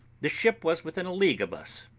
the ship was within a league of us,